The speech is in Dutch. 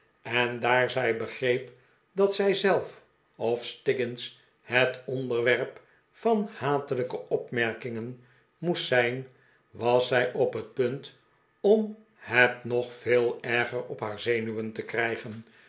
en daar zij begreep dat zij zelf of stiggins het onderwerp van hatelijke opmerkingen moest zijn was zij op het punt om het nog veel erger op haar zenuwen te krijgen